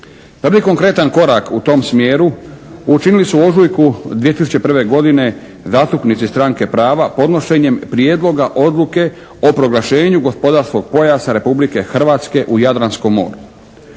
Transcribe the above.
Prvi konkretan korak u tom smjeru učinili su u ožujku 2001. godine zastupnici stranke prava podnošenjem Prijedloga odluke o proglašenju gospodarskog pojasa Republike Hrvatske u Jadranskom moru.